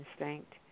Instinct